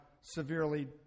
severely